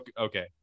okay